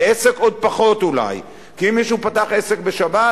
בעסק עוד פחות אולי, כי אם מישהו פתח עסק בשבת